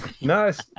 Nice